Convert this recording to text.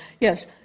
yes